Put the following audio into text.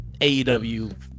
AEW